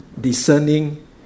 discerning